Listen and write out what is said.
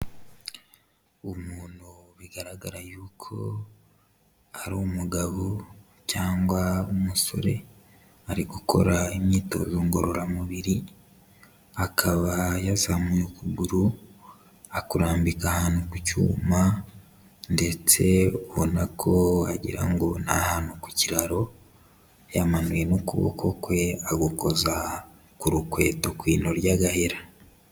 Umuntu bigaragara y'uko ari umugabo cyangwa umusore ari gukora imyitozo ngororamubiri, akaba yazamuye ukuguru akurambika ahantu ku cyuma ndetse ubona ko wagira ngo ni ahantu ku kiraro, yamanuwe n'ukuboko kwe agukoza ku rukweto kw'ino ry'agahera.